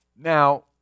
Now